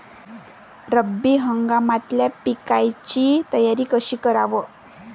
रब्बी हंगामातल्या पिकाइची तयारी कशी कराव?